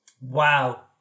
Wow